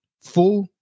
full